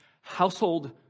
household